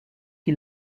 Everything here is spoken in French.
qui